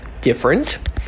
different